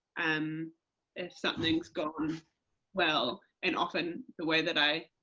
um if something's gone well, and often the way that i,